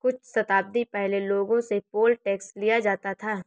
कुछ शताब्दी पहले लोगों से पोल टैक्स लिया जाता था